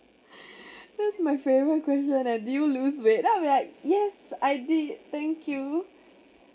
that's my favourite question ah did you lose weight then I'll be like yes I did thank you